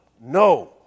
no